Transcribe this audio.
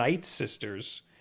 sisters